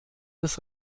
des